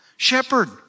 shepherd